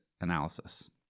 analysis